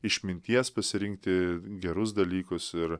išminties pasirinkti gerus dalykus ir